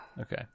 Okay